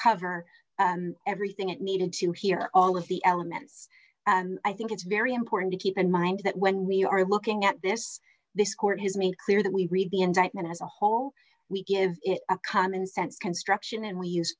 cover everything it needed to hear all of the elements i think it's very important to keep in mind that when we are looking at this this court has made clear that we read the indictment as a whole we give it a commonsense construction and we use